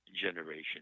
generation